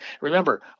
remember